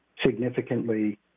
Significantly